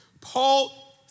Paul